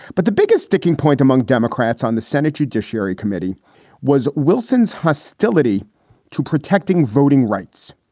but the biggest sticking point among democrats on the senate judiciary committee was wilson's hostility to protecting voting rights.